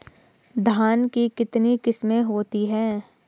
धान की कितनी किस्में होती हैं?